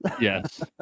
Yes